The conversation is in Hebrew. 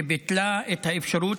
שביטלה את האפשרות,